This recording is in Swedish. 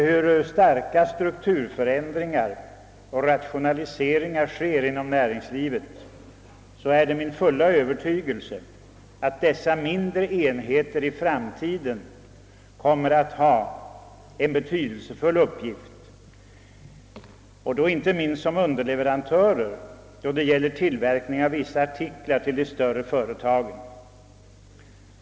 Ehuru starka strukturförändringar och rationaliseringar sker inom näringslivet är det min fulla övertygelse att dessa mindre enheter i framtiden kommer att ha en betydelsefull uppgift inte minst som underleverantörer när det gäller tillverkning av vissa artiklar till de större företagen.